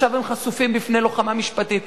עכשיו הם חשופים בפני לוחמה משפטית,